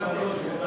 הכנסת תמר